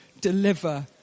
deliver